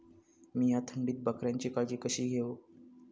मीया थंडीत बकऱ्यांची काळजी कशी घेव?